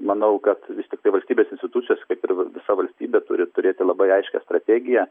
manau kad vis tiktai valstybės institucijos kaip ir vi visa valstybė turi turėti labai aiškią strategiją